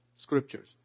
scriptures